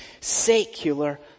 secular